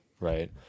Right